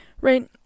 Right